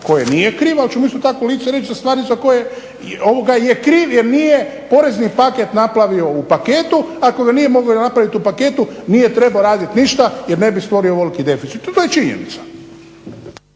koje nije kriv. Ali ću mu isto tako u lice reći za stvari za koje je kriv jer nije porezni paket napravio u paketu. Ako ga nije mogao napraviti u paketu nije trebao raditi ništa jer ne bi stvorio ovoliki deficit. To je činjenica.